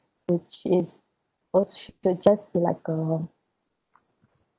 which is was just be like a